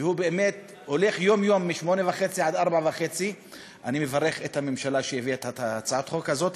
והוא באמת הולך יום-יום מ-08:30 עד 16:30. אני מברך את הממשלה שהביאה את הצעת החוק הזאת,